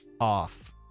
off